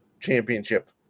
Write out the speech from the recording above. championship